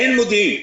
אין מודיעין.